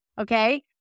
okay